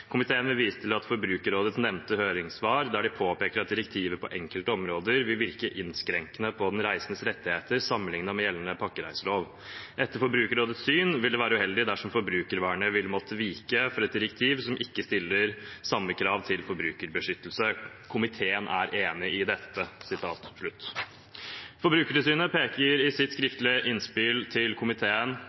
Komiteen vil vise til Forbrukerrådets nevnte høringssvar der de påpeker at direktivet på enkelte områder vil virke innskrenkende på den reisendes rettigheter sammenlignet med gjeldende pakkereiselov. Etter Forbrukerrådets syn vil det være uheldig dersom forbrukervernet vil måtte vike for et direktiv som ikke stiller samme krav til forbrukerbeskyttelse. Komiteen er enig i dette.» Forbrukerrådet peker i sitt skriftlige innspill til komiteen